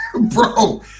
Bro